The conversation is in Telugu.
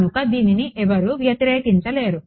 కనుక దీనిని ఎవరూ వ్యతిరేకించలేరు